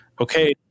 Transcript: okay